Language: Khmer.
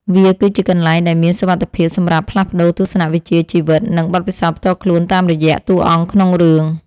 វាគឺជាកន្លែងដែលមានសុវត្ថិភាពសម្រាប់ផ្លាស់ប្តូរទស្សនវិជ្ជាជីវិត និងបទពិសោធន៍ផ្ទាល់ខ្លួនតាមរយៈតួអង្គក្នុងរឿង។